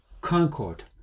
concord